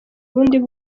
ubundi